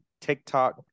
TikTok